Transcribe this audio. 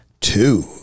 two